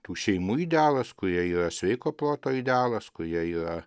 tų šeimų idealas kurie yra sveiko proto idealas kurie yra